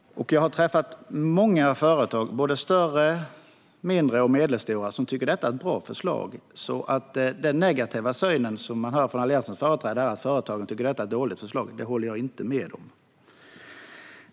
Jag har träffat många större, mindre och medelstora företag som tycker att detta är ett bra förslag. Den negativa synen hos Alliansens företrädare, att företag tycker att detta är ett dåligt förslag, håller jag inte med om.